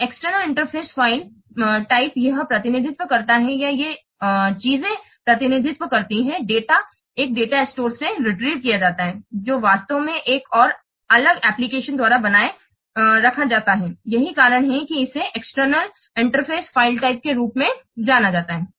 और external interface file प्रकार यह प्रतिनिधित्व करता है या ये चीजें प्रतिनिधित्व करती हैं डेटा एक डेटा स्टोर से पुनर्प्राप्तकिया जाता है जो वास्तव में एक और अलग एप्लिकेशन द्वारा बनाए रखा जाता है यही कारण है कि इसे एक्सटर्नल इंटरफ़ेस फ़ाइल प्रकार के रूप में जाना जाता है